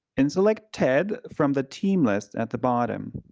and select ted from the team list at the bottom.